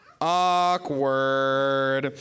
Awkward